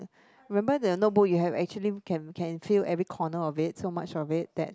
remember the notebook you have actually can can fill every corner of it so much of it that